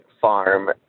farm